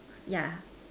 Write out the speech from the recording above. yeah